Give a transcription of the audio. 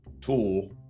tool